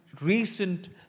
recent